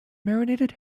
marinated